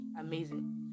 amazing